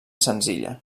senzilla